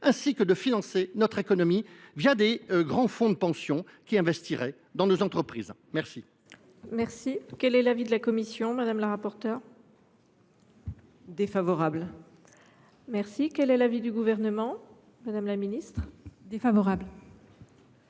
et de faire financer notre économie par de grands fonds de pension qui investiraient dans nos entreprises. Quel